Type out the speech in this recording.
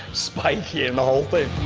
spiky and whole thing.